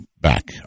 back